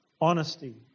honesty